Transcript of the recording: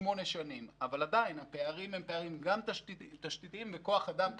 אבל עדיין הפערים הם גם תשתיתיים וגם של כוח אדם.